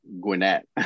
Gwinnett